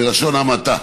בלשון המעטה.